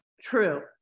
True